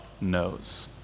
knows